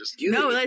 no